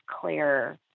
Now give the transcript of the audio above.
clear